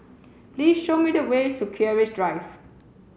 please show me the way to Keris Drive